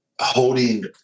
holding